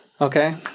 okay